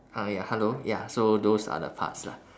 ah ya hello ya so those are the parts lah